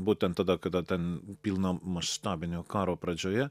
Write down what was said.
būtent tada kada ten pilna maštabinio karo pradžioje